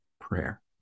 prayer